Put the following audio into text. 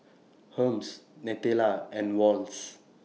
Hermes Nutella and Wall's